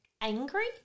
angry